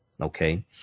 Okay